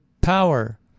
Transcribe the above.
power